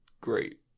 great